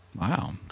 Wow